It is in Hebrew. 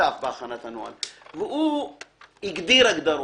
שותף בהכנת הנוהל, והוא הגדיר הגדרות.